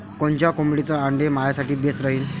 कोनच्या कोंबडीचं आंडे मायासाठी बेस राहीन?